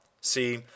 see